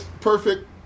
perfect